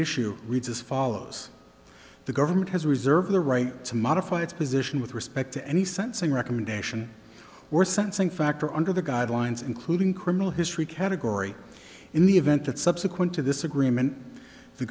issue reads as follows the government has reserved the right to modify its position with respect to any sensing recommendation were sensing factor under the guidelines including criminal history category in the event that subsequent to this agreement the